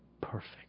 perfect